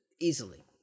easily